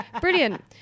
Brilliant